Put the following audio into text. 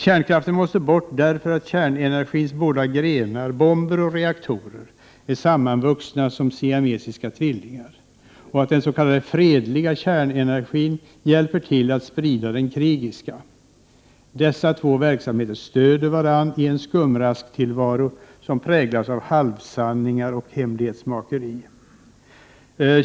Kärnkraften måste bort därför att kärnenergins båda grenar — bomber och reaktorer — är sammanvuxna som ett par siamesiska tvillingar och därför att den s.k. fredliga kärnenergin hjälper till att sprida den krigiska. Dessa två verksamheter stöder varandra i en skumrasktillvaro som präglas av halvsanningar och hemlighetsmakeri.